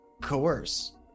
coerce